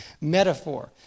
metaphor